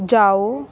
ਜਾਓ